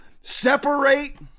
separate